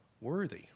worthy